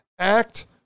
act